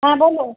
হ্যাঁ বলো